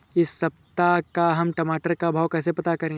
इस सप्ताह का हम टमाटर का भाव कैसे पता करें?